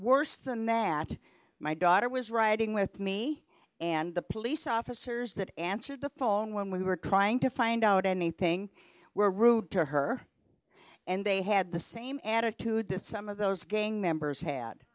worse than matt my daughter was riding with me and the police officers that answered the phone when we were trying to find out anything were rude to her and they had the same attitude that some of those gang members had